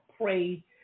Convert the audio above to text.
pray